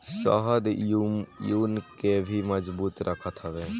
शहद इम्यून के भी मजबूत रखत हवे